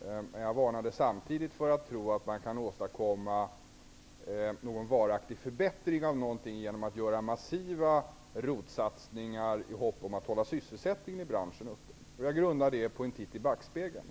Men samtidigt varnade jag för en tro på att det går att åstadkomma en varaktig förbättring genom massiva ROT satsningar i hopp om att sysselsättningen i branschen skall kunna hållas uppe. Jag grundar detta på en titt i backspegeln.